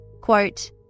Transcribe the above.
Quote